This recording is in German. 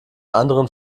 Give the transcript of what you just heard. anderen